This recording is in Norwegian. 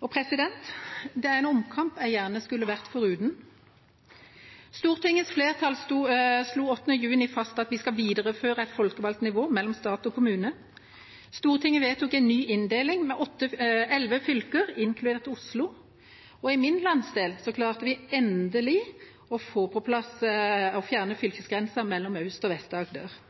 Det er en omkamp jeg gjerne skulle vært foruten. Stortingets flertall slo 8. juni fast at de skal videreføre et folkevalgt nivå mellom stat og kommune. Stortinget vedtok en ny inndeling med elleve fylker, inkludert Oslo, og i min landsdel klarte vi endelig å få på plass å fjerne fylkesgrensen mellom Aust-Agder og